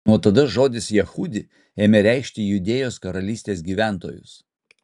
nuo tada žodis jehudi ėmė reikšti judėjos karalystės gyventojus